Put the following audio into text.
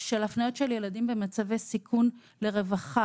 ולצידי חוה.